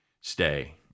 stay